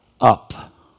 up